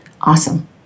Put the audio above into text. Awesome